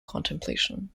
contemplation